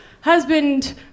husband